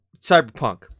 Cyberpunk